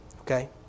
okay